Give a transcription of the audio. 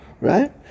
right